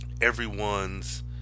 everyone's